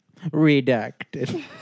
Redacted